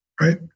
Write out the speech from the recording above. right